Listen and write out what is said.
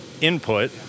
input